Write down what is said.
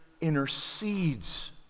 intercedes